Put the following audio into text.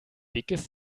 dickes